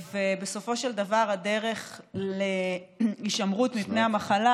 בסופו של דבר הדרך להישמרות מפני המחלה